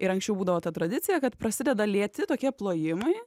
ir anksčiau būdavo ta tradicija kad prasideda lėti tokie plojimai